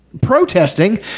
protesting